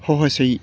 सहसै